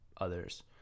others